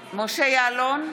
יעלון,